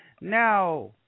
Now